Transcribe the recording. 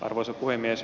arvoisa puhemies